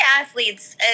athletes